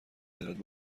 دارد